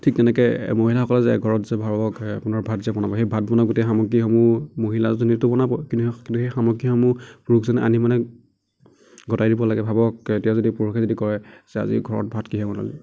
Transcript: ঠিক তেনেকৈ মহিলাসকলে যে ঘৰত যে ভাবক আপোনাৰ ভাত যে বনাব সেই ভাত বনোৱা গোটেই সামগ্ৰীসমূহ মহিলাজনীয়েতো বনাব কিন্তু সেই কিন্তু সেই সামগ্ৰীসমূহ পুৰুষজনে আনি মানে গটাই দিব লাগে ভাবক এতিয়া যদি পুৰুষে যদি কয় যে আজি ঘৰত ভাত কিহেৰে বনাব